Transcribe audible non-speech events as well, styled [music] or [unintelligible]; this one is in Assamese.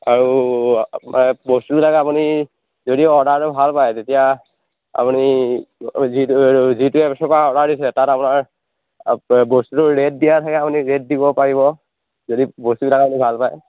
আৰু আপোনাৰ বস্তুবিলাক আপুনি যদি অৰ্ডাৰটো ভাল পাই তেতিয়া আপুনি যিটো [unintelligible] এপছ'ৰ পৰা অৰ্ডাৰ দিছিল তাত আমাৰ [unintelligible] বস্তুটো ৰেট দিয়া থাকে আপুনি ৰেট দিব পাৰিব যদি বস্তুবিলাক আপুনি ভাল পাই